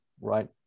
right